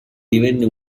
divenne